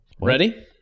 ready